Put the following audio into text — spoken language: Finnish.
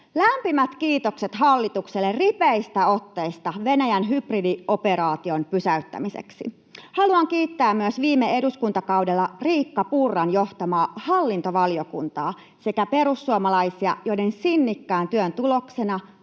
Lämpimät kiitokset hallitukselle ripeistä otteista Venäjän hybridioperaation pysäyttämiseksi. Haluan kiittää myös viime eduskuntakaudella Riikka Purran johtamaa hallintovaliokuntaa sekä perussuomalaisia, joiden sinnikkään työn tuloksena